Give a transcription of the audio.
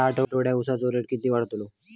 या आठवड्याक उसाचो रेट किती वाढतलो?